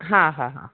हा हा हा